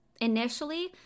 Initially